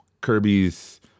Kirby's